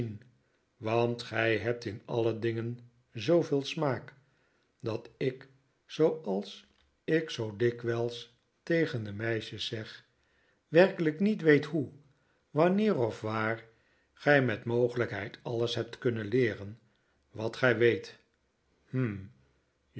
want gij hebt in alle dingen zooveel smaak dat ik zooals ik zoo dikwijls tegen de meisjes zeg werkelijk niet weet hoe wanneer of waar gij met mogelijkheid alles hebt kunnen leeren wat gij weet hm